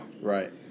Right